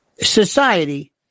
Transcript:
society